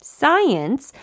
science